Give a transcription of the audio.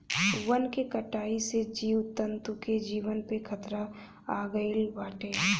वन के कटाई से जीव जंतु के जीवन पे खतरा आगईल बाटे